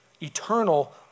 eternal